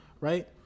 right